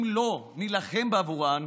אם לא נילחם בעבורן,